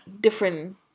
different